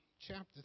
chapter